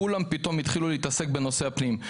כולם פתאום התחילו להתעסק בנושא הפנים.